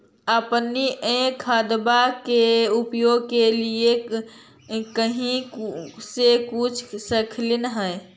अपने खादबा के उपयोग के लीये कही से कुछ सिखलखिन हाँ?